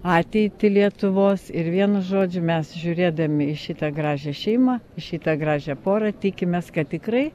ateitį lietuvos ir vienu žodžiu mes žiūrėdami į šitą gražią šeimą šitą gražią porą tikimės kad tikrai